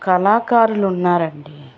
కళాకారులున్నారండి